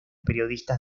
periodistas